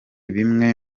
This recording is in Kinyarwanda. bimwe